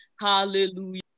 Hallelujah